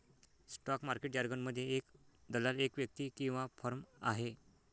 stock market जारगनमध्ये, एक दलाल एक व्यक्ती किंवा फर्म आहे